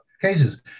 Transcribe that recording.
cases